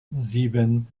sieben